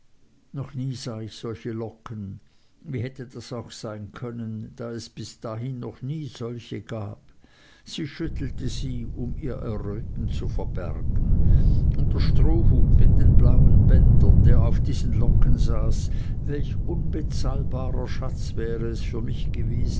noch nie sah ich solche locken wie hätte das auch sein können da es bis dahin noch nie solche gab sie schüttelte sie um ihr erröten zu verbergen und der strohhut mit den blauen bändern der auf diesen locken saß welch unbezahlbarer schatz wäre es für mich